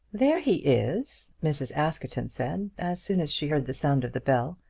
there he is, mrs. askerton said, as soon as she heard the sound of the bell.